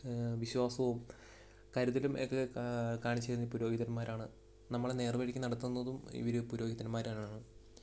വിശ്വാസവും കരുതലും ഒക്കെ കാണിച്ചു തരുന്നത് പുരോഹിതന്മാരാണ് നമ്മളെ നേർവഴിക്ക് നടത്തുന്നതും ഇവർ പുരോഹിതന്മാരാണ്